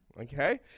Okay